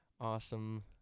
awesome